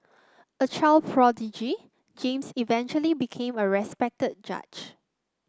a child prodigy James eventually became a respected judge